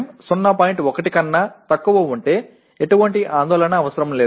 1 కన్నా తక్కువ ఉంటే ఎటువంటి ఆందోళన అవసరం లేదు